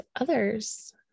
others